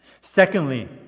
Secondly